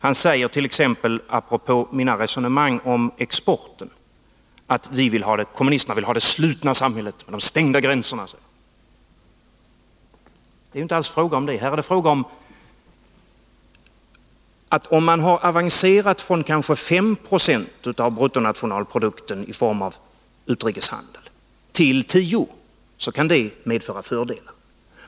Han säger t.ex. apropå mina resonemang om exporten, att kommunisterna vill ha det slutna samhället och de stängda gränserna. Men det är inte alls fråga om det. Om man har avancerat från kanske 5 76 av bruttonationalprodukten i form av utrikeshandel till 10 26 kan det medföra fördelar.